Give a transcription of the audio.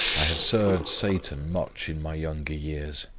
i have served satan much in my younger years,